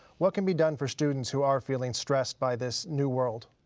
what can be done for students who are feeling stressed by this new world?